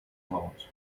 loud